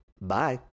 Bye